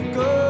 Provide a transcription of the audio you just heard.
go